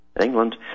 England